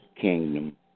kingdom